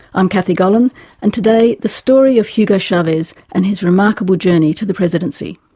i'm kathy gollan and today, the story of hugo chavez, and his remarkable journey to the presidency.